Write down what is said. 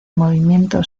movimiento